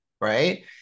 right